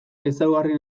ezaugarri